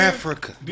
Africa